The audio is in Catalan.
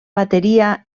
bateria